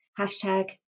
Hashtag